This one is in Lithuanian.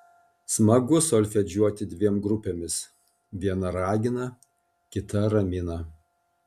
smagu solfedžiuoti dviem grupėmis viena ragina kita ramina